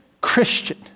Christian